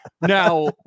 Now